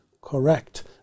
correct